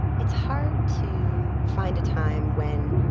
it's hard to find a time when,